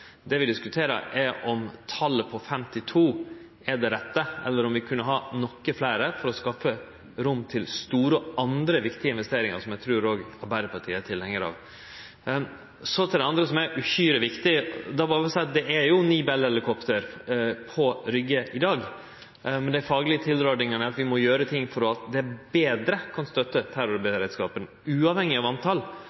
Det vi diskuterer, er om talet på 52 er det rette, eller om vi kunne ha nokre færre for å skape rom for andre, store og viktige investeringar, som eg trur òg Arbeidarpartiet er tilhengjar av. Til det andre, som er uhyre viktig, vil eg seie at det er ni Bell-helikopter på Rygge i dag. Men dei faglege tilrådingane er at vi må gjere noko for betre å kunne støtte terrorberedskapen. Uavhengig av talet er det nødvendig med meir personell og betre